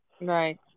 Right